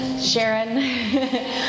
Sharon